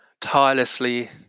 tirelessly